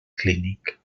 clínic